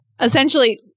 essentially